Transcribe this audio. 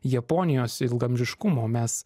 japonijos ilgaamžiškumo mes